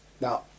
Now